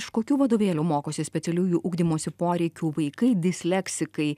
iš kokių vadovėlių mokosi specialiųjų ugdymosi poreikių vaikai disleksikai